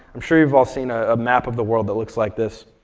i'm sure you've all seen a map of the world that looks like this.